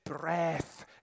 breath